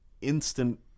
instant